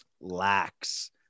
lacks